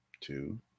two